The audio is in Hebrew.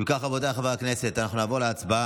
אם כך, רבותיי חברי הכנסת, אנחנו נעבור להצבעה.